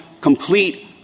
complete